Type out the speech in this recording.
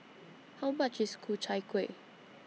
How much IS Ku Chai Kuih